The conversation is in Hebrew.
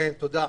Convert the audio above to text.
תודה.